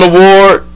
Award